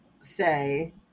say